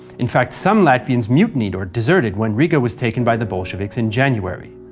in fact some latvians mutinied or deserted when riga was taken by the bolsheviks in january.